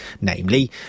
namely